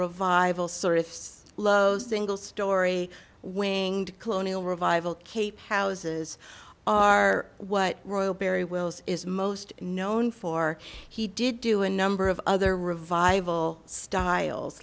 of los angles story winged colonial revival cape houses are what royal berry wills is most known for he did do a number of other revival styles